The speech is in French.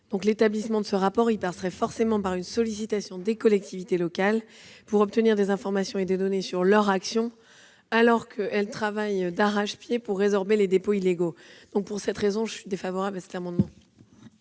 L'établissement de ce rapport passerait forcément par une sollicitation des collectivités locales pour obtenir des informations et des données sur leur action, alors même qu'elles travaillent d'arrache-pied pour résorber les dépôts illégaux. Pour ces raisons, le Gouvernement est défavorable à cet amendement.